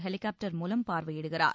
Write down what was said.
helicopter மூலம் பார்வையிடுகிறார்